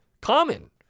common